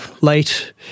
late